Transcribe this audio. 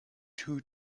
too